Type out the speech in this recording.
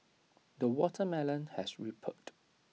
the watermelon has ripened